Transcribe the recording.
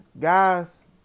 guys